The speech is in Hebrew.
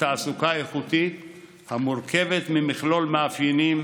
תעסוקה איכותית המורכבת ממכלול מאפיינים,